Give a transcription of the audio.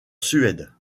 suède